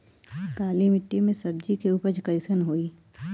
काली मिट्टी में सब्जी के उपज कइसन होई?